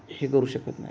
स्वीकारू शकत नाही